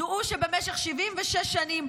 דעו שבמשך 76 שנים,